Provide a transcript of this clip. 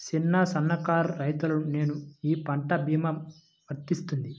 చిన్న సన్న కారు రైతును నేను ఈ పంట భీమా వర్తిస్తుంది?